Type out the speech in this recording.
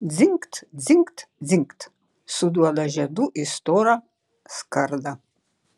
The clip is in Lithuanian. dzingt dzingt dzingt suduoda žiedu į storą skardą